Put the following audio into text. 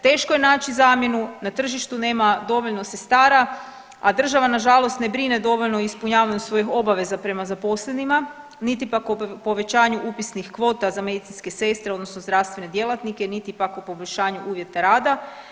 Teško je naći zamjenu, na tržištu nema dovoljno sestara, a država nažalost ne brine dovoljno o ispunjavanju svojih obaveza prema zaposlenima, niti pak o povećanju upisnih kvota za medicinske sestre odnosno zdravstvene djelatnike, niti pak o poboljšanju uvjeta rada.